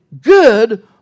good